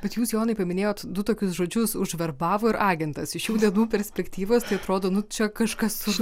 bet jus jonai paminėjot du tokius žodžius užverbavo ir agentas iš šių dienų perspektyvos tai atrodo nu čia kažkas už